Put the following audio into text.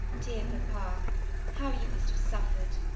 dear papa how you must have suffered!